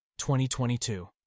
2022